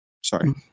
Sorry